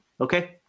okay